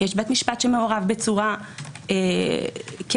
יש בית משפט שמעורב בצורה קרובה,